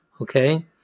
Okay